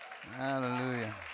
Hallelujah